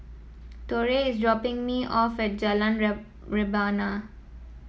Torrey is dropping me off at Jalan Rebana